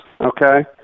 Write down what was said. okay